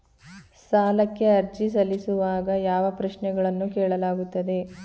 ಸಾಲಕ್ಕೆ ಅರ್ಜಿ ಸಲ್ಲಿಸುವಾಗ ಯಾವ ಪ್ರಶ್ನೆಗಳನ್ನು ಕೇಳಲಾಗುತ್ತದೆ?